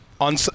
on